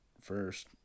first